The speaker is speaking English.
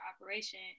operation